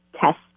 test